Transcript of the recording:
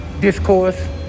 discourse